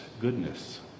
goodness